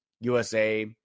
USA